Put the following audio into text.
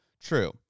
True